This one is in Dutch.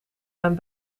mijn